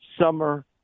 summer